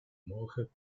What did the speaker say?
morgen